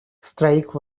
strike